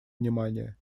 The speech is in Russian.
внимание